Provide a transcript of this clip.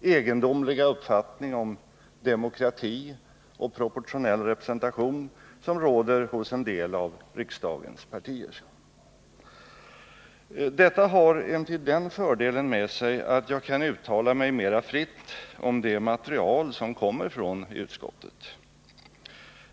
egendomliga uppfattning om demokrati och proportionell representation som råder hos en del av riksdagens partier. Detta har emellertid den fördelen med sig att jag kan uttala mig mera fritt om det material som kommer från utskottet.